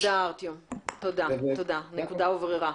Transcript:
תודה, ארטיום, הנקודה הובהרה.